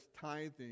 tithing